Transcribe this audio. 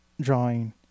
drawing